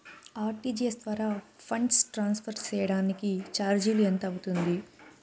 RTGS ద్వారా funds transfer సేయడానికి చార్జీలు ఎంత అవుతుంది